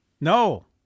No